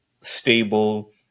stable